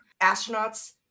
astronauts